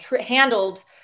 handled